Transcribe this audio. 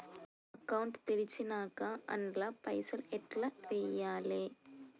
Account తెరిచినాక అండ్ల పైసల్ ఎట్ల వేయాలే?